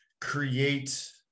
create